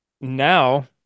now